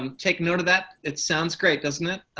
um take note of that. it sounds great, doesn't it,